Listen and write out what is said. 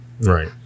Right